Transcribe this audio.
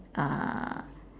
uh